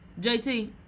JT